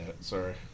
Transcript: Sorry